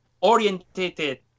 orientated